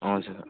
हजुर